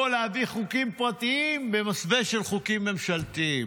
או להביא חוקים פרטיים במסווה של חוקים ממשלתיים.